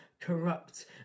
corrupt